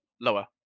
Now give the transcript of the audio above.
Lower